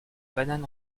banane